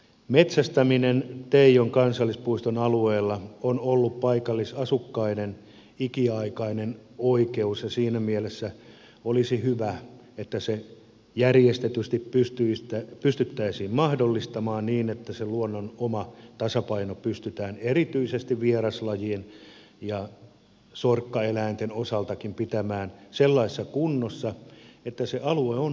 metsästäminen teijon kansallispuiston alueella on ollut paikallisasukkaiden ikiaikainen oikeus ja siinä mielessä olisi hyvä että se järjestetysti pystyttäisiin mahdollistamaan niin että se luonnon oma tasapaino pystytään erityisesti vieraslajien ja sorkkaeläinten osaltakin pitämään sellaisessa kunnossa että se alue on houkutteleva matkailukohde